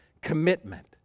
commitment